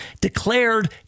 declared